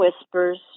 Whispers